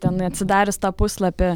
tenai atsidarius tą puslapį